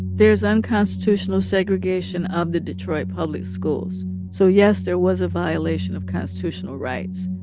there is unconstitutional segregation of the detroit public schools. so yes, there was a violation of constitutional rights.